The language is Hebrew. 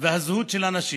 והזהות של אנשים.